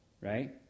right